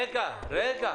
רגע, רגע.